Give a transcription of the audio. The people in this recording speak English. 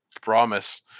promise